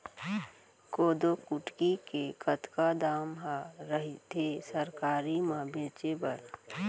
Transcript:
कोदो कुटकी के कतका दाम ह रइथे सरकारी म बेचे बर?